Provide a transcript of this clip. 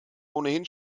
ohnehin